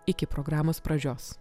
iki programos pradžios